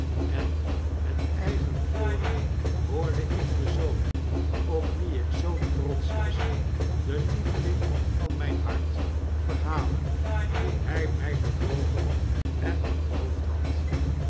en met eigen ooren hoorde ik den zoon op wien ik zoo trotsch was de lieveling van myn hart verhalen hoe hij my bedrogen en beroofd had